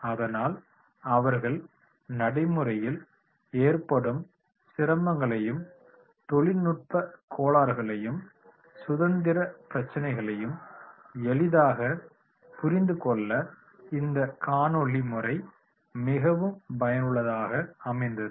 அதனால் அவர்கள் நடைமுறையில் ஏற்படும் சிரமங்களையும் தொழில்நுட்பக் கோளாறுகளையும் சுதந்திர பிரச்சினைகளையும் எளிதாகப் புரிந்துக்கொள்ள இந்த காணொளி முறை மிகவும் பயனுள்ளதாக அமைந்தது